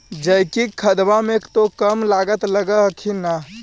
जैकिक खदबा मे तो कम लागत लग हखिन न?